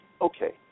okay